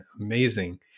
amazing